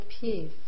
peace